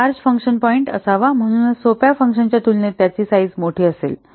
त्यात large function point असावा आणि म्हणूनच सोप्या फंक्शनच्या तुलनेत त्याची साईझ मोठा असेल